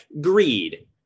greed